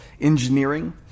engineering